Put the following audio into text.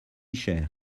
cher